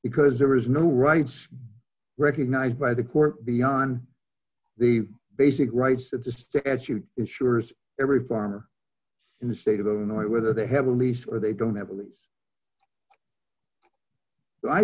because there is no rights recognized by the court beyond the basic rights it's to execute ensures every farmer in the state of illinois whether they have a lease or they don't